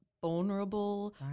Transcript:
vulnerable